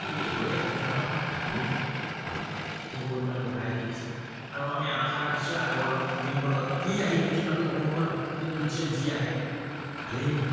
গতিকে এইবোৰে শিক্ষাৰ মান ডেফিনেটলি বহুতখিনি পৰিমাণে বঢ়াই তুলিছে আৰু আমি আশা ৰাখিছোঁ আগৰ দিনবোৰত কি আহিব আমি সেইটোতো ক'ব নোৱাৰোঁ কিন্তু নিশ্চয় যি আহে ভালেই আহিব